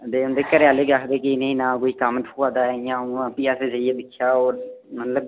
दे उं'दे घरै आह्ले गै आखदे कि इ'नेंई ना कोई कम्म थ्होआ दा ऐ इ'यां उ'यां भी अ'सें जाइयै दिक्खेआ मतलब